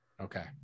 Okay